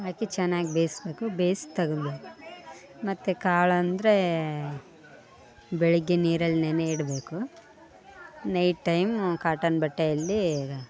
ಹಾಕಿ ಚೆನ್ನಾಗ್ ಬೇಯಿಸ್ಬೇಕು ಬೇಯ್ಸಿ ತಗೊಬೇಕ್ ಮತ್ತು ಕಾಳಂದರೆ ಬೆಳಗ್ಗೆ ನೀರಲ್ಲಿ ನೆನೆಯಿಡಬೇಕು ನೈಟ್ ಟೈಮ್ ಕಾಟನ್ ಬಟ್ಟೆಯಲ್ಲಿ